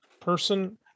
person